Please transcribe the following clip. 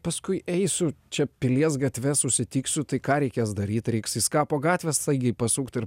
paskui eisiu čia pilies gatve susitiksiu tai ką reikės daryti reiks į skapo gatvę staigiai pasukt ir